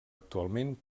actualment